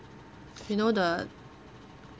you know the